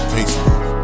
Facebook